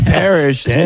perished